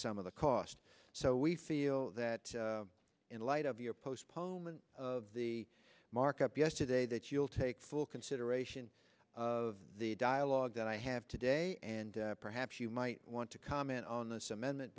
some of the cost so we feel that in light of your postponement of the markup yesterday that you will take full consideration of the dialogue that i have today and perhaps you might want to comment on this amendment